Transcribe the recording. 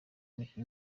umukinnyi